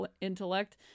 intellect